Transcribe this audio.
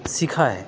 سیکھا ہے